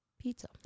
Pizza